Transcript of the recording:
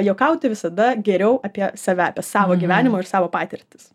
juokauti visada geriau apie save apie savo gyvenimą ir savo patirtis